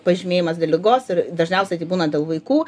pažymėjimas dėl ligos ir dažniausiai tai būna dėl vaikų